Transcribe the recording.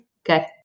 Okay